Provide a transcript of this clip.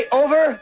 over